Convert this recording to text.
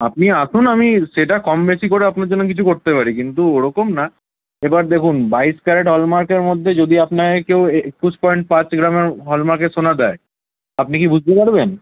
আপনি আসুন আমি সেটা কম বেশি করে আপনার জন্য কিছু করতে পারি কিন্তু ওরকম না এবার দেখুন বাইশ ক্যারেট হলমার্কের মধ্যে যদি আপনাকে কেউ এ একুশ পয়েন্ট পাঁচ গ্রামে হলমার্কের সোনা দেয় আপনি কি বুঝতে পারবেন